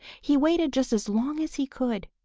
he waited just as long as he could.